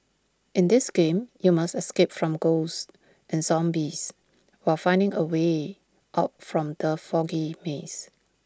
in this game you must escape from ghosts and zombies while finding A way out from the foggy maze